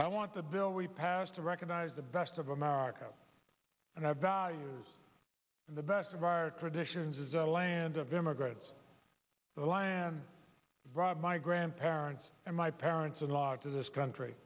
i want the bill we passed to recognize the best of america and i value the best of our traditions as a land of immigrants the land brought my grandparents and my parents in law to this country